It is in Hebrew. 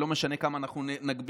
שלא משנה כמה נגביל,